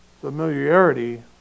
familiarity